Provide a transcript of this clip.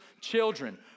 Children